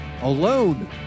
alone